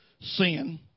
sin